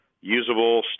usable